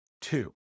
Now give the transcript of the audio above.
Two